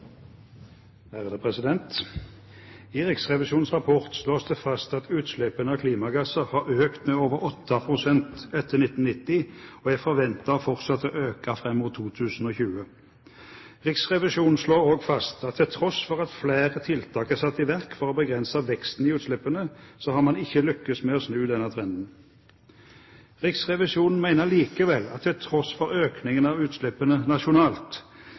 fortsatt å øke fram mot 2020. Riksrevisjonen slår også fast at til tross for at flere tiltak er satt i verk for å begrense veksten i utslippene, har man ikke lyktes med å snu denne trenden. Riksrevisjonen mener likevel at til tross for økningen av utslippene nasjonalt